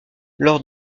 lors